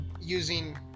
using